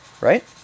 right